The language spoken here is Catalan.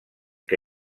que